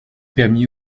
permit